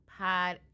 Podcast